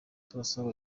turasaba